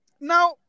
Now